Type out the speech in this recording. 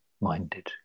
minded